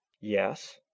Yes